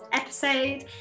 episode